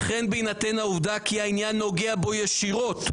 וכן בהינתן העובדה כי העניין נוגע בו ישירות,